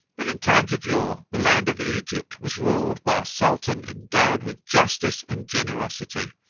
that in times of yore the land of egypt was ruled by a sultan endowed with justice and generosity,